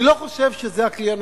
אני לא חושב שזה הכלי הנכון.